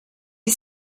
not